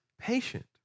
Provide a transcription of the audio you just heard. patient